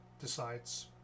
decides